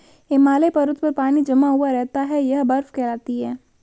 हिमालय पर्वत पर पानी जमा हुआ रहता है यह बर्फ कहलाती है